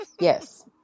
Yes